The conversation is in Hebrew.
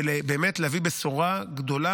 ולהביא בשורה גדולה,